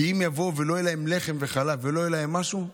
כי אם לא יהיה להם לחם וחלב ולא יהיה להם משהו,